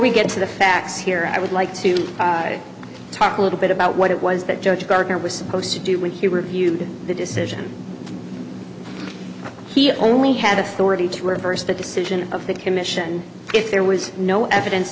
we get to the facts here i would like to talk a little bit about what it was that judge gardner was supposed to do when he reviewed the decision he only had authority to reverse the decision of the commission if there was no evidence